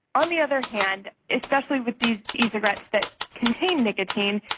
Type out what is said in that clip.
on the other hand, especially with these ecigarettes that contain nicotine,